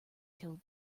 till